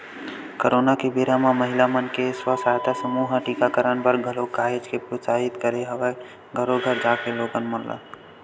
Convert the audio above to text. corona के बेरा म महिला मन के स्व सहायता समूह ह टीकाकरन बर घलोक काहेच के प्रोत्साहित करे हवय घरो घर जाके लोगन मन ल